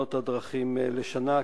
בתאונות הדרכים השנה.